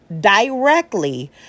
directly